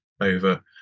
over